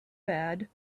bad